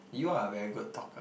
you are a very good talker